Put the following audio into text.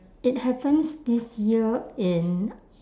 it happens this year in